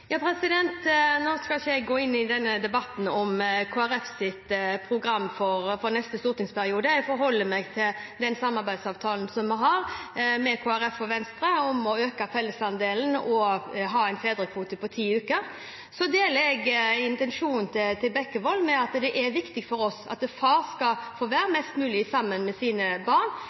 Nå skal ikke jeg gå inn i debatten om Kristelig Folkepartis program for neste stortingsperiode, jeg forholder meg til den samarbeidsavtalen vi har med Kristelig Folkeparti og Venstre om å øke fellesandelen og ha en fedrekvote på ti uker. Så deler jeg intensjonen til Bekkevold om at det er viktig at far skal få være mest mulig sammen med sine barn,